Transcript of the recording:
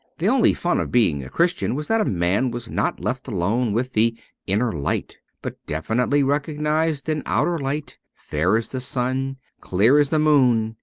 the only fun of being a christian was that a man was not left alone with the inner light, but definitely recognized an outer light, fair as the sun, clear as the moon,